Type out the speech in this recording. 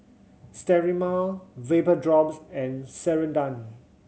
Sterimar Vapodrops and Ceradan